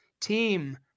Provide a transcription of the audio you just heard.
Team